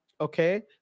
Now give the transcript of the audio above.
Okay